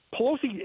Pelosi